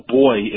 boy